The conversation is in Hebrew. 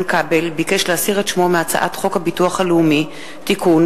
כבל ביקש להסיר את שמו מהצעת חוק הביטוח הלאומי (תיקון,